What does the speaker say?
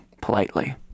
politely